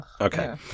Okay